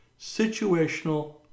situational